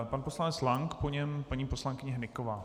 Pan poslanec Lank, po něm paní poslankyně Hnyková.